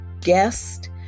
guest